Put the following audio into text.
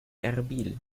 erbil